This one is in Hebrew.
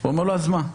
אז הוא אומר לו: אז מה.